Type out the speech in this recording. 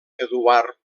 eduard